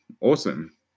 awesome